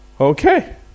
Okay